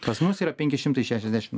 pas mus yra penki šimtai šešiasdešim